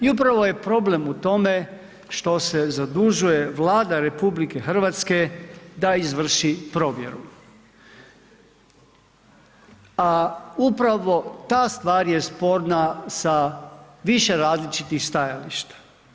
I upravo je problem u tome što se zadužuje Vlada RH da izvrši provjeru, a upravo ta stvar je sporna sa više različitih stajališta.